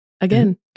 again